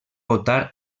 votar